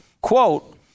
quote